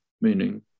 meaning